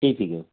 जी ठीक है